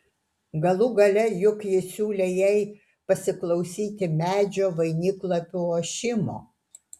galų gale juk jis siūlė jai pasiklausyti medžio vainiklapių ošimo